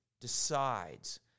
decides